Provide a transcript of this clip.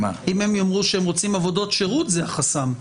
אם הם יאמרו שהם רוצים עבודות שירות זה החסם.